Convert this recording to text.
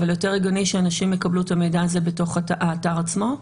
אבל יותר הגיוני שאנשים יקבלו את המידע הזה בתוך האתר עצמו.